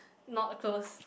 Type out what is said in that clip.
not close